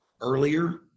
earlier